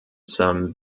some